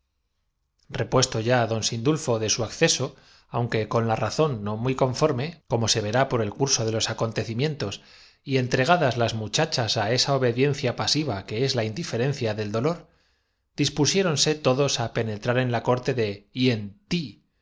repuesto ya don sindulfo de su acceso aunque con rar su marcha no titubeó en apoderarse de un burro la razón no muy conforme como se verá por el curso lombardo que pacía en una pradera y cuyos lomos de los acontecimientos y entregadas las muchachas á oprimiendo sacó al escape desgraciadamente una pie esa obediencia pasiva que es la indiferencia del dolor dra salida de una honda tiguriana hirió con tan mala dispusiéronse todos á penetrar en la corte de